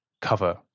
cover